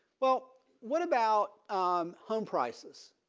well what about um home prices.